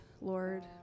Lord